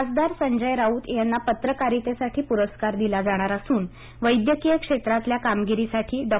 खासदार संजय राउत यांना पत्रकारितेसाठी पुरस्कार दिला जाणार असून वैद्यकीय क्षेत्रातल्या कामगिरीसाठी डॉ